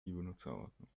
benutzungsordnung